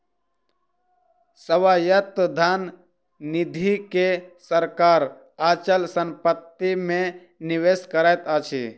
स्वायत्त धन निधि के सरकार अचल संपत्ति मे निवेश करैत अछि